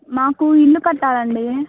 మాకు ఇల్లు కట్టాలండి